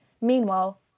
Meanwhile